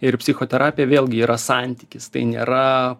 ir psichoterapija vėlgi yra santykis tai nėra